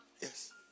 Yes